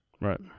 Right